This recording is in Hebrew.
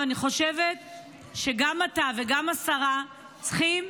ואני חושב שגם אתה וגם השרה צריכים